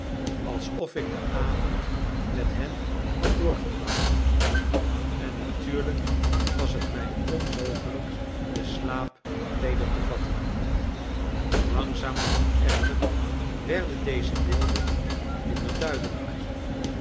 alsof ik den avond met hen had doorgebracht en natuurlijk was het mij onmogelijk den slaap weder te vatten langzamerhand echter werden deze beelden minder duidelijk